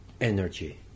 energy